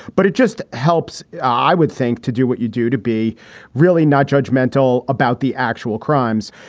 but it just helps. i would think to do what you do to be really not judgmental about the actual crimes.